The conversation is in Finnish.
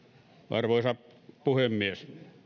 arvoisa puhemies